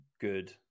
good